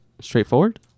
Straightforward